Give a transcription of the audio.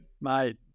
mate